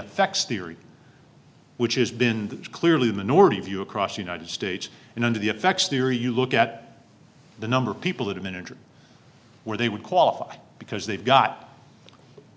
effects theory which has been clearly a minority view across the united states and under the effects theory you look at the number of people that have been injured where they would qualify because they've got